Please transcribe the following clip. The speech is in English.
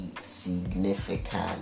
significant